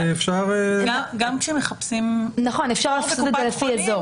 אפשר לעשות את זה לפי אזור.